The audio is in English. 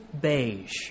beige